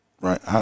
Right